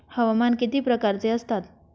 हवामान किती प्रकारचे असतात?